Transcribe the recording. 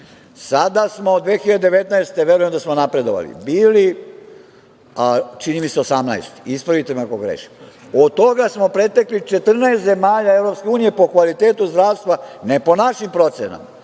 Sada smo 2019. godine verujem da smo napredovali, bili čini mi se 18, ispravite me ako grešim. Od toga smo pretekli 14 zemalja EU po kvalitetu zdravstva, ne po našim procenama,